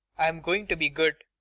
i'm going to be good.